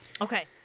Okay